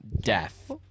death